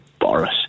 Boris